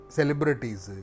Celebrities